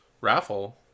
raffle